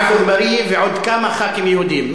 עפו אגבאריה ועוד כמה חברי כנסת יהודים.